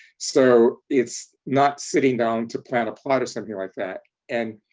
so it's not sitting down to plan a plot or something like that. and,